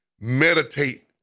meditate